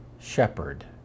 shepherd